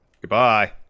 goodbye